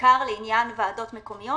בעיקר לעניין ועדות מקומיות,